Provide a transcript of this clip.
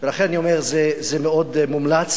לכן אני אומר, זה מאוד מומלץ